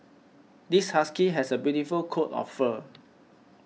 this husky has a beautiful coat of fur